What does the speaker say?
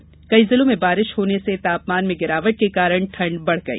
अधिकतर जिलों में बारिश होने से तापमान में गिरावट के कारण ठंड बढ़ गई